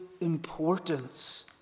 importance